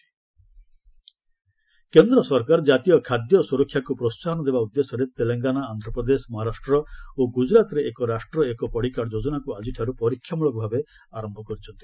one nation ration one card କେନ୍ଦ୍ର ସରକାର ଜାତୀୟ ଖାଦ୍ୟ ସୁରକ୍ଷାକୁ ପ୍ରୋହାହନ ଦେବା ଉଦ୍ଦେଶ୍ୟରେ ତେଲଙ୍ଗାନା ଆନ୍ଧ୍ରପ୍ରଦେଶ ମହାରାଷ୍ଟ୍ର ଓ ଗ୍ରଜରାଟରେ ଏକ ରାଷ୍ଟ୍ର ଏକ ପଡ଼ିକାର୍ଡ଼ ଯୋଜନାକୁ ଆଜିଠାରୁ ପରୀକ୍ଷାମୂଳକ ଭାବେ ଆରମ୍ଭ କରିଛନ୍ତି